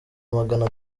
magana